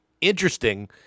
interesting